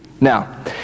Now